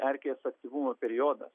erkės aktyvumo periodas